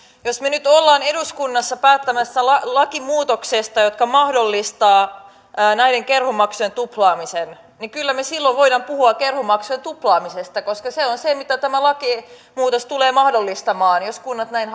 jos me nyt olemme eduskunnassa päättämässä lakimuutoksesta joka mahdollistaa näiden kerhomaksujen tuplaamisen niin kyllä me silloin voimme puhua kerhomaksujen tuplaamisesta koska se on se minkä tämä lakimuutos tulee mahdollistamaan jos kunnat näin